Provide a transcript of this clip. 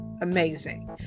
amazing